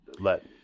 let